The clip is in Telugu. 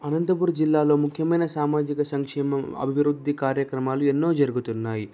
అనంతపురం జిల్లాలో ముఖ్యమైన సామాజిక సంక్షేమం అభివృద్ధి కార్యక్రమాలు ఎన్నో జరుగుతున్నాయి